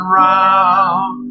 round